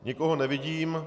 Nikoho nevidím.